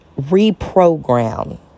reprogram